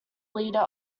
leader